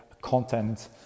content